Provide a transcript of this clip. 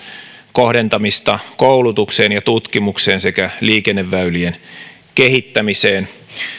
kohdentamista koulutukseen ja tutkimukseen sekä liikenneväylien kehittämiseen